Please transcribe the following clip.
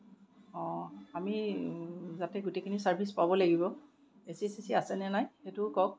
আমি যাতে গোটেইখিনি চাৰ্ভিছ পাব লাগিব এছি ছেছি আছেনে নাই সেইটোও কওক